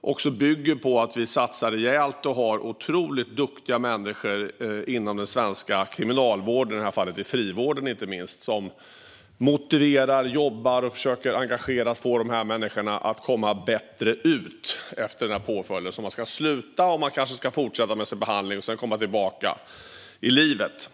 också bygger på att vi satsar rejält och har otroligt duktiga människor inom den svenska kriminalvården - i det här fallet inte minst frivården - som jobbar engagerat med de här människorna och försöker motivera dem att komma bättre ut efter påföljden. De ska sluta, kanske fortsätta med sin behandling och sedan komma tillbaka i livet.